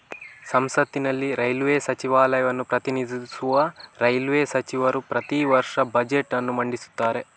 ಸಂಸತ್ತಿನಲ್ಲಿ ರೈಲ್ವೇ ಸಚಿವಾಲಯವನ್ನು ಪ್ರತಿನಿಧಿಸುವ ರೈಲ್ವೇ ಸಚಿವರು ಪ್ರತಿ ವರ್ಷ ಬಜೆಟ್ ಅನ್ನು ಮಂಡಿಸುತ್ತಾರೆ